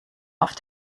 auf